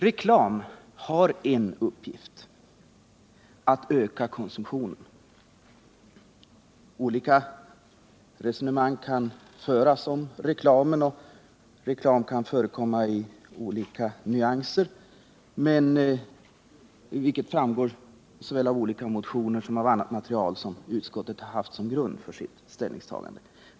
Reklam har en uppgift: att öka konsumtionen. Olika resonemang kan föras om reklamen, och reklam kan förekomma i olika nyanser, vilket framgår såväl av olika motioner som av annat material som utskottet har haft till grund för sitt ställningstagande.